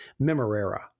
*Memorera*